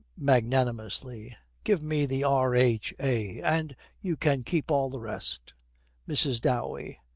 magnanimously, give me the r h a. and you can keep all the rest mrs. dowey.